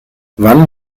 wann